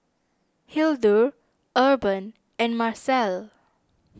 Hildur Urban and Marcel